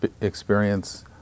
experience